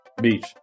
beach